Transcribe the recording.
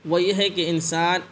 وہ یہ ہے کہ انسان